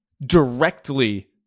directly